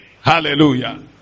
hallelujah